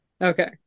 Okay